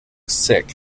sick